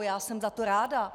Já jsem za to ráda.